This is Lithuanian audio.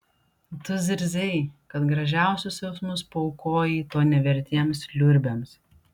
tu zirzei kad gražiausius jausmus paaukojai to nevertiems liurbiams